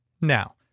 Now